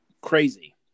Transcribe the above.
crazy